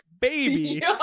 baby